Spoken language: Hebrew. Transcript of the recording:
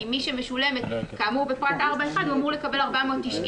כי מי שמשולמת אז הוא אמור לקבל 490